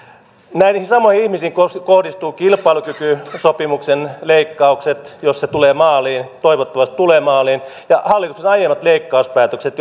näihin samoihin ihmisiin kohdistuvat kilpailukykysopimuksen leikkaukset jos se tulee maaliin toivottavasti tulee maaliin ja hallituksen aiemmat leikkauspäätökset